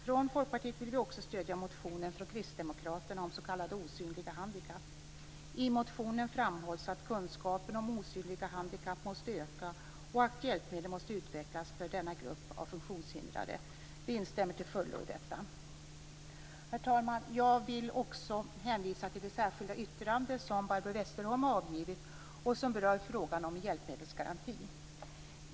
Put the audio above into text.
Vi i Folkpartiet vill också stödja motionen från motionen framhålls att kunskapen om osynliga handikapp måste öka och att hjälpmedel måste utvecklas för denna grupp av funktionshindrade. Vi instämmer till fullo i detta. Herr talman! Jag vill också hänvisa till det särskilda yttrande som Barbro Westerholm har avgett. Det berör frågan om en hjälpmedelsgaranti.